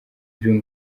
dream